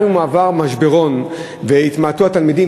גם אם הוא עבר משברון והתמעטו התלמידים,